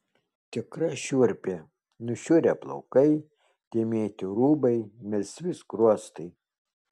tikra šiurpė nušiurę plaukai dėmėti rūbai melsvi skruostai